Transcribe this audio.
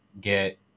get